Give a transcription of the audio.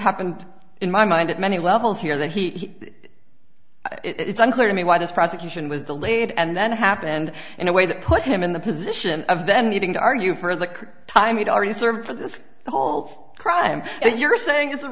happened in my mind that many levels here that he it's unclear to me why this prosecution was delayed and then it happened in a way that put him in the position of then needing to argue for the time he'd already served for this whole thing crimes and you're saying i